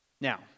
Now